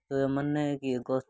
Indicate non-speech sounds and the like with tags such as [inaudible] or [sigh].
ତ ଏମାନେ କି [unintelligible]